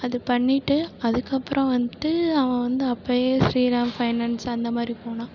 அது பண்ணிட்டு அதுக்கப்புறம் வந்துட்டு அவன் வந்து அப்போயே ஸ்ரீராம் பைனான்ஸ் அந்த மாதிரி போனால்